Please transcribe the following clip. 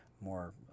more